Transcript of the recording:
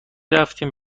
رفتیم